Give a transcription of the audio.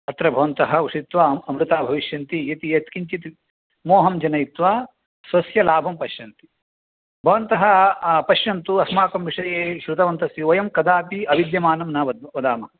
अत्र भवन्तः उषित्वा अमृताः भविष्यन्ति इति यत् किञ्चित् मोहं जनयित्वा स्वस्य लाभं पश्यन्ति भवन्तः पश्यन्तु अस्माकं विषये शृतवन्तस्स्युः वयं कदापि अयुज्यमानं न वद् वदामः